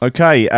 Okay